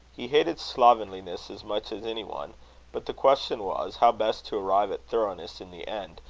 he hated slovenliness as much as any one but the question was, how best to arrive at thoroughness in the end,